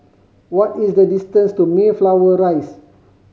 what is the distance to Mayflower Rise